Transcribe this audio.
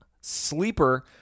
Sleeper